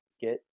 get